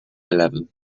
eleven